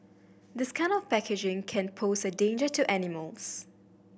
this kind of packaging can pose a danger to animals